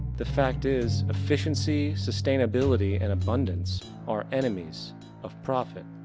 the fact is efficiency, sustainability and abundance are enemies of profit.